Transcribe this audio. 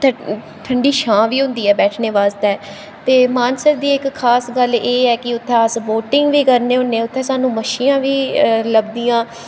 उत्थै ठंडी छां बी होंदी ऐ बैठने बास्तै ते मानसर दी इक खास गल्ल एह् ऐ कि उत्थें अस बोटिंग बी करने होन्ने उत्थै सानूं मच्छियां बी लभदियां